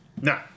No